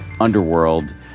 Underworld